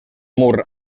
mur